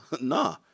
nah